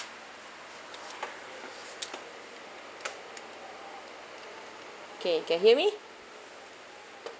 okay can hear me